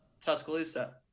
Tuscaloosa